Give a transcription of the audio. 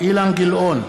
אילן גילאון,